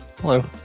Hello